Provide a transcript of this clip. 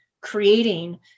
creating